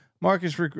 Marcus